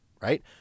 right